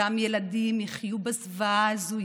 אותם ילדים יחיו בזוועה הזו,